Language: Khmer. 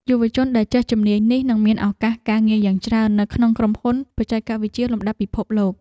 យុវជនដែលចេះជំនាញនេះនឹងមានឱកាសការងារយ៉ាងច្រើននៅក្នុងក្រុមហ៊ុនបច្ចេកវិទ្យាលំដាប់ពិភពលោក។